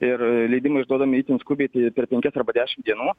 ir leidimai išduodami itin skubiai tai per penkias arba dešimt dienų